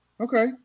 Okay